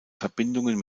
verbindungen